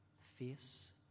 face